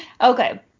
Okay